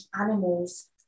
animals